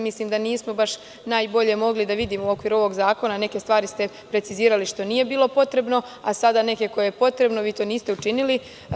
Mislim da nismo baš najbolje mogli da vidimo u okviru ovog zakona, neke stvari ste precizirali, što nije bilo potrebno, a sada neke za koje je potrebno to niste učinili.